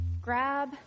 grab